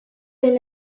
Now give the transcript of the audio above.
been